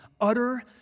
utter